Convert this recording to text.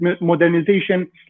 modernization